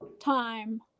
time